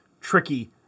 Tricky